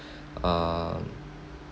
um